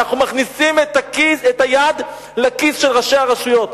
אנחנו מכניסים את היד לכיס של ראשי הרשויות,